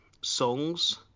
songs